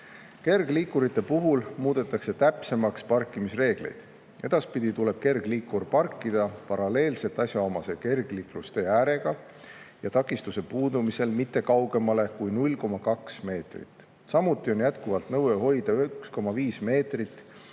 Kergliikurite puhul muudetakse täpsemaks parkimisreegleid. Edaspidi tuleb kergliikur parkida paralleelselt kergliiklustee äärega ja takistuste puudumisel sellest mitte kaugemale kui 0,2 meetrit. Samuti on jätkuvalt nõue hoida 1,5 meetrit